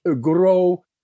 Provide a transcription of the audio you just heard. grow